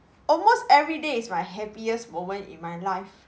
almost every day is my happiest moment in my life